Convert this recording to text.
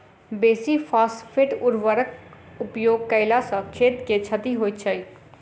बेसी फास्फेट उर्वरकक उपयोग कयला सॅ खेत के क्षति होइत छै